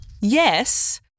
Yes